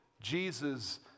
Jesus